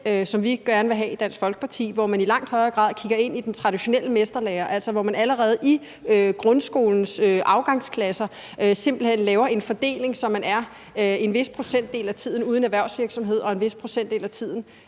den, vi gerne vil have i Dansk Folkeparti, hvor der i langt højere grad kigges ind i den traditionelle mesterlære, altså hvor der allerede i grundskolens afgangsklasser simpelt hen laves en fordeling, så man er en vis procentdel af tiden ude i en erhvervsvirksomhed og en vis procentdel af tiden